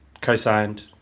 Co-signed